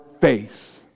face